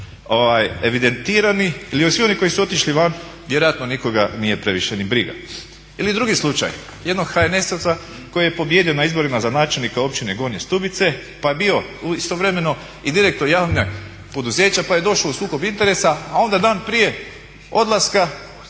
evidentirani ili svi oni koji su otišli van vjerojatno nikoga nije previše ni briga. Ili drugi slučaj, jednog HNS-ovca koji je pobijedio na izborima za načelnika Općine Gornja Stubica pa je bio istovremeno i direktor javnog poduzeća pa je došao u sukob interesa, a onda dan prije odlaska